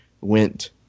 went